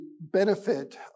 benefit